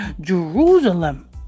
Jerusalem